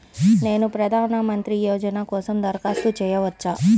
నేను ప్రధాన మంత్రి యోజన కోసం దరఖాస్తు చేయవచ్చా?